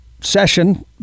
session